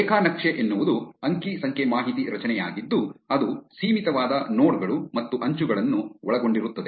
ರೇಖಾ ನಕ್ಷೆ ಎನ್ನುವುದು ಅಂಕಿ ಸಂಖ್ಯೆ ಮಾಹಿತಿ ರಚನೆಯಾಗಿದ್ದು ಅದು ಸೀಮಿತವಾದ ನೋಡ್ ಗಳು ಮತ್ತು ಅಂಚುಗಳನ್ನು ಒಳಗೊಂಡಿರುತ್ತದೆ